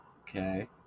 Okay